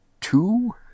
two